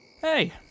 Hey